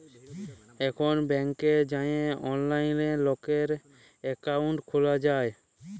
এখল ব্যাংকে যাঁয়ে অললাইলে লকের একাউল্ট খ্যুলা যায়